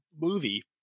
movie